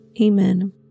Amen